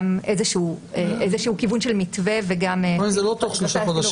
גם איזשהו כיוון של מתווה וגם --- בהסברה.